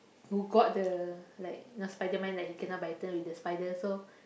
who got the like uh spiderman that he kena bitten with the spider so